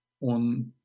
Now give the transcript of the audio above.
on